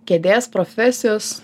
kėdės profesijos